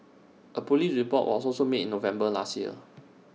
A Police report was also made in November last year